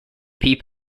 pea